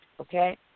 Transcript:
okay